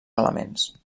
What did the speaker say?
elements